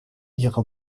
ihre